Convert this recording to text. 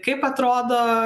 kaip atrodo